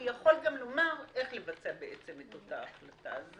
הוא יכול גם לומר איך לבצע את אותה החלטה.